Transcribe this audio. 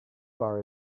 bar